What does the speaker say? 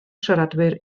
siaradwyr